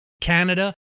Canada